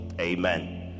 amen